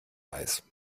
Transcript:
eis